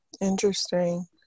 Interesting